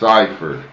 Cipher